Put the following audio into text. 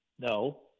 No